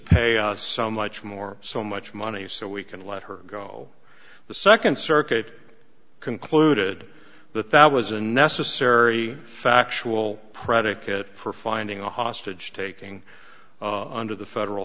pay some much more so much money so we can let her go the second circuit concluded that that was a necessary factual predicate for finding a hostage taking on to the federal